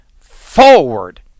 forward